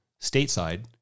stateside